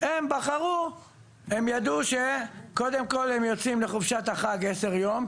הם ידעו שקודם כל הם יוצאים לחופשת החג עשרה ימים,